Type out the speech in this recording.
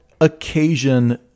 occasion